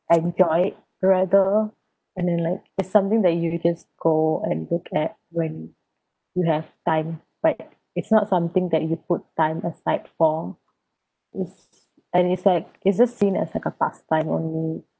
enjoyed rather and then like it's something that you just go and look at when you have time but it's not something that you put time aside for is and it's like it's just seen as like as a past time only